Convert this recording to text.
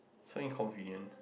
so inconvenient